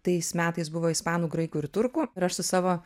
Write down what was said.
tais metais buvo ispanų graikų ir turkų ir aš su savo